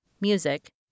music